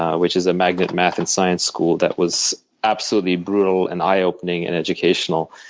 ah which is a magnet math and science school that was absolutely brutal and eye opening and educational.